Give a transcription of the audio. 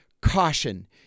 caution